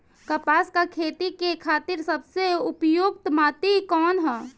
कपास क खेती के खातिर सबसे उपयुक्त माटी कवन ह?